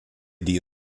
die